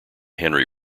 henry